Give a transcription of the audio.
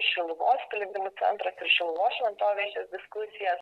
šiluvos piligrimų centras ir šiluvos šventovės šias diskusijas